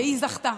והיא זכתה.